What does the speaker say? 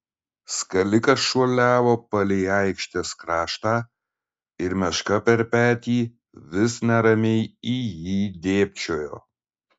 skalikas šuoliavo palei aikštės kraštą ir meška per petį vis neramiai į jį dėbčiojo